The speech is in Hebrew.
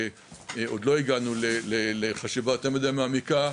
עוד לא הגענו לחשיבה יותר מדי מעמיקה,